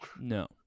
no